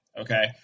okay